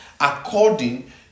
according